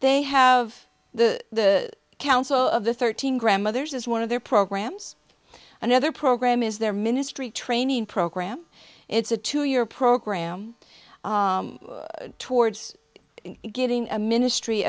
they have the council of the thirteen grandmothers as one of their programs another program is their ministry training program it's a two year program towards getting a ministry